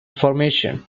formation